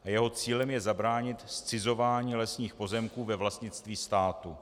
Jeho cílem je zabránit zcizování lesních pozemků ve vlastnictví státu.